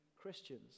Christians